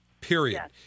Period